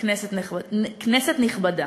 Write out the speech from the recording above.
כנסת נכבדה,